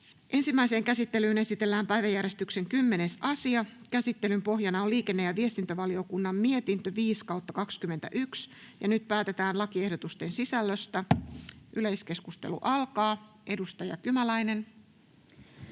Ensimmäiseen käsittelyyn esitellään päiväjärjestyksen 10. asia. Käsittelyn pohjana on liikenne- ja viestintävaliokunnan mietintö LiVM 5/2021 vp. Nyt päätetään lakiehdotusten sisällöstä. — Edustaja Kymäläinen.